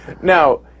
Now